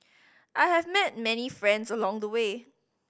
I have met many friends along the way